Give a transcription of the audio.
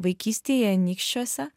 vaikystėje anykščiuose